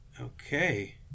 Okay